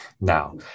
now